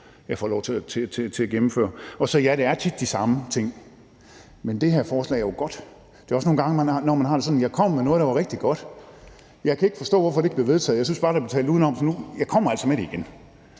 jeg får lov til at gennemføre. Så er det rigtigt, at det tit er de samme ting, men det her forslag er jo godt. Nogle gange tænker man: Jeg kom med noget, der er rigtig godt; jeg kan ikke forstå, hvorfor det ikke blev vedtaget; jeg synes bare, der blev talt udenom, så jeg kommer altså med det igen.